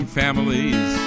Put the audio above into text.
families